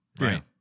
Right